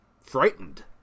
frightened